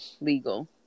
legal